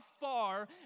far